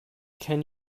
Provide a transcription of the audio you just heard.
can